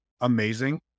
amazing